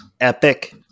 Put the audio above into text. epic